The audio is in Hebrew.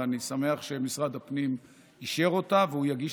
ואני שמח שמשרד הפנים אישר אותה והוא יגיש